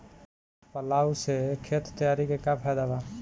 Plough से खेत तैयारी के का फायदा बा?